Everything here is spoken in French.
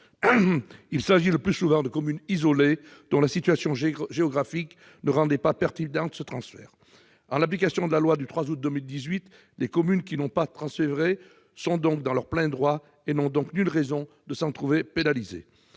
Il s'agit le plus souvent de communes isolées, dont la situation géographique ne rendait pas ce transfert pertinent. En application de la loi du 3 août 2018, les communes qui n'ont pas transféré ces compétences sont dans leur plein droit et n'ont donc nulle raison de s'en trouver pénalisées.